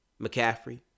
McCaffrey